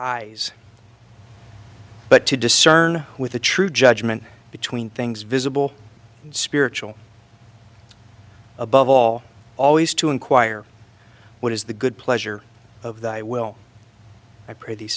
eyes but to discern with the true judgment between things visible and spiritual above all always to inquire what is the good pleasure of thy will i pray he